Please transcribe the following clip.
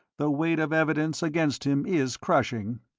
the weight of evidence against him is crushing.